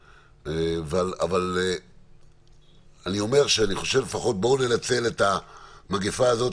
אבל אני חושב: לפחות בואו ננצל את המגפה הזאת,